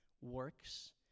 works